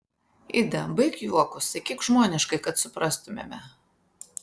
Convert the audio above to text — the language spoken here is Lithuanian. ida baik juokus sakyk žmoniškai kad suprastumėme